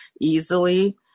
easily